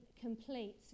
complete